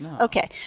Okay